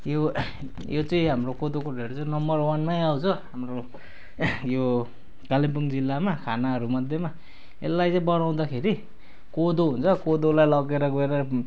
यो यो चाहिँ हाम्रो कोदोको ढेँडो चाहिँ नम्बर वानमै आउँछ हाम्रो यो कालिम्पोङ जिल्लामा खानाहरूमध्येमा यसलाई चाहिँ बनाउँदाखेरि कोदो हुन्छ कोदोलाई लगेर गएर